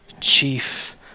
chief